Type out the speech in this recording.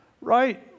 right